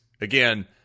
again